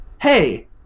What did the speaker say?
Hey